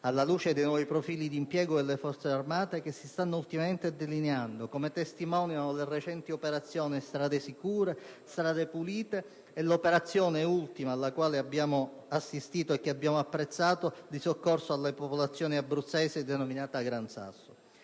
alla luce dei nuovi profili d'impiego delle Forze armate che si stanno ultimamente delineando, come testimoniano le recenti operazioni "Strade sicure", "Strade pulite" e l'operazione ultima, cui abbiamo assistito e che abbiamo apprezzato, per il soccorso alle popolazioni abruzzesi, denominata "Gran Sasso".